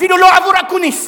אפילו לא עבור אקוניס,